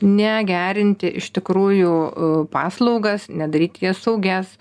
ne gerinti iš tikrųjų paslaugas ne daryti jas saugias